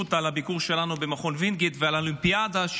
על הביקור שלנו במכון וינגייט ועל האולימפיאדה,